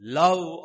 love